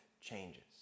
changes